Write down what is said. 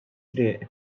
triq